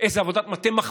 איזו עבודת מטה עושים,